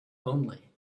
only